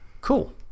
Cool